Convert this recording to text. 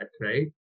Right